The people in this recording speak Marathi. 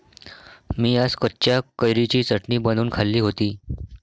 मी आज कच्च्या कैरीची चटणी बनवून खाल्ली होती